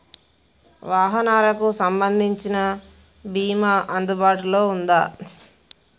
వాహనాలకు సంబంధించిన బీమా అందుబాటులో ఉందా?